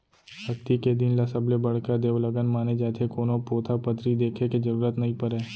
अक्ती के दिन ल सबले बड़का देवलगन माने जाथे, कोनो पोथा पतरी देखे के जरूरत नइ परय